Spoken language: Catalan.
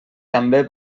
també